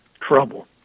trouble